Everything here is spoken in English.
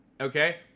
okay